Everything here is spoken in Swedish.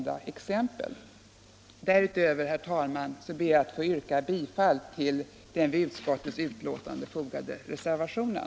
Därutöver, herr talman, ber jag att få yrka bifall till den vid utskottets betänkande fogade reservationen.